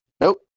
Nope